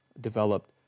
developed